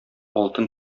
алтын